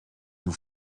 vous